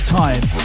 time